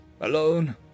alone